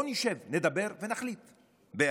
בואו נשב, נדבר ונחליט ביחד.